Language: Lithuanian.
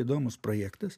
įdomus projektas